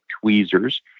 tweezers